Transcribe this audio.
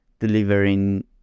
delivering